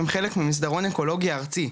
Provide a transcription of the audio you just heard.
הם חלק ממסדרון אקולוגי ארצי,